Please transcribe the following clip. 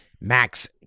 Max